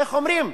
איך אומרים?